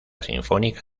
sinfónica